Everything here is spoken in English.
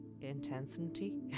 intensity